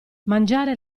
mangiare